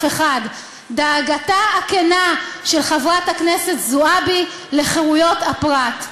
אחד: דאגתה הכנה של חברת הכנסת זועבי לחירויות הפרט.